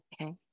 Okay